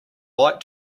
light